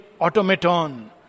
automaton